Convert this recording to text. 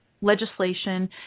legislation